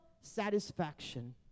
satisfaction